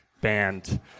band